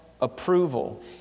approval